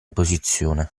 posizione